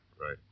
Right